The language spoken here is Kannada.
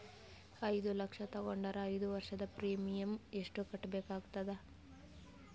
ಐದು ಲಕ್ಷ ತಗೊಂಡರ ಐದು ವರ್ಷದ ಪ್ರೀಮಿಯಂ ಎಷ್ಟು ಕಟ್ಟಬೇಕಾಗತದ?